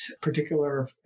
particular